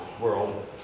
world